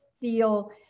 feel